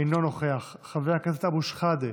אינו נוכח, חבר הכנסת אבו שחאדה,